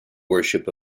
worship